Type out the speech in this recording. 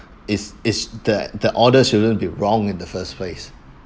is is that the order shouldn't be wrong in the first place